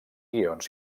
guions